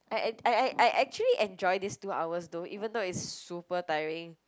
I I I I actually enjoy this two hours though even though is super tiring